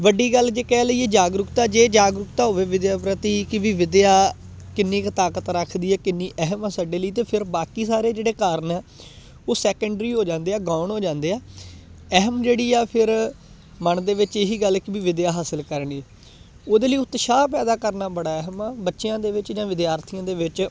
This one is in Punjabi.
ਵੱਡੀ ਗੱਲ ਜੇ ਕਹਿ ਲਈਏ ਜਾਗਰੂਕਤਾ ਜੇ ਜਾਗਰੂਕਤਾ ਹੋਵੇ ਵਿੱਦਿਆ ਪ੍ਰਤੀ ਕਿ ਵੀ ਵਿੱਦਿਆ ਕਿੰਨੀ ਕੁ ਤਾਕਤ ਰੱਖਦੀ ਹੈ ਕਿੰਨੀ ਅਹਿਮ ਆ ਸਾਡੇ ਲਈ ਤਾਂ ਫਿਰ ਬਾਕੀ ਸਾਰੇ ਜਿਹੜੇ ਕਾਰਨ ਉਹ ਸੈਕਿੰਡਰੀ ਹੋ ਜਾਂਦੇ ਆ ਗਾਉਣ ਹੋ ਜਾਂਦੇ ਆ ਅਹਿਮ ਜਿਹੜੀ ਆ ਫਿਰ ਮਨ ਦੇ ਵਿੱਚ ਇਹੀ ਗੱਲ ਕਿ ਵੀ ਵਿੱਦਿਆ ਹਾਸਿਲ ਕਰਨੀ ਉਹਦੇ ਲਈ ਉਤਸ਼ਾਹ ਪੈਦਾ ਕਰਨਾ ਬੜਾ ਅਹਿਮ ਆ ਬੱਚਿਆਂ ਦੇ ਵਿੱਚ ਜਾਂ ਵਿਦਿਆਰਥੀਆਂ ਦੇ ਵਿੱਚ